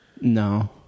No